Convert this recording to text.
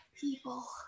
people